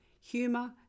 humour